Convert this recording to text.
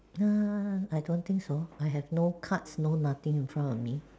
nah I don't think so I have no cards no nothing in front of me